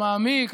המעמיק,